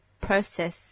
process